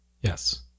Yes